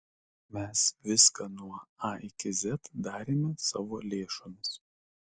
mes viską nuo a iki z darėme savo lėšomis